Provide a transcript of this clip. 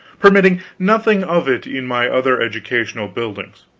permitting nothing of it in my other educational buildings.